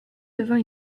devint